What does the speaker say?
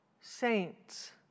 saints